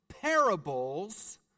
parables